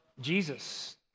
Jesus